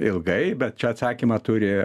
ilgai bet čia atsakymą turi